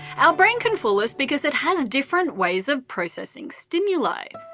our brain can fool us because it has different ways of processing stimuli.